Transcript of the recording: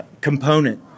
component